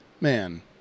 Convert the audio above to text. Man